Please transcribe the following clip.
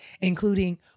including